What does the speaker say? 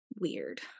weird